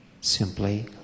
simply